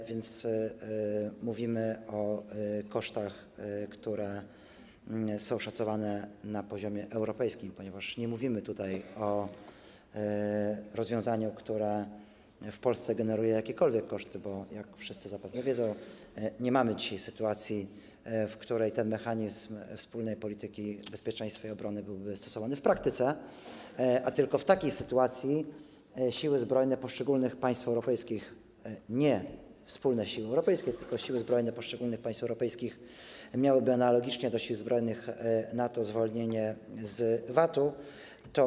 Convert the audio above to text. A więc mówimy o kosztach, które są szacowane na poziomie europejskim, ponieważ nie mówimy tutaj o rozwiązaniu, które w Polsce generuje jakiekolwiek koszty, bo jak wszyscy zapewne wiedzą, nie mamy dzisiaj sytuacji, w której ten mechanizm wspólnej polityki bezpieczeństwa i obrony byłby stosowany w praktyce, a tylko w takiej sytuacji siły zbrojne poszczególnych państw europejskich, nie wspólne siły europejskie, tylko siły zbrojne poszczególnych państw europejskich, miałyby analogicznie do sił zbrojnych NATO zwolnienie z VAT-u.